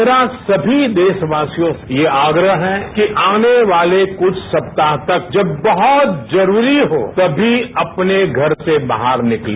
मेरा सभी देशवासियों से यह आग्रह है कि आने वाले कुछ सप्ताह तक जब बहुत जरूरी हो तभी अपने घर से बाहर निकले